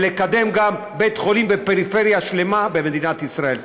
ולקדם גם בית חולים ופריפריה שלמה במדינת ישראל.